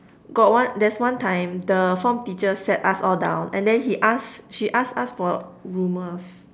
got one there's one time the form teacher sat us all down and then he ask she ask us for rumours